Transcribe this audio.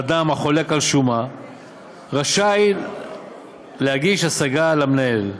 אדם החולק על שומה רשאי להגיש השגה למנהל.